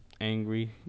Angry